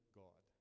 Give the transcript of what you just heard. god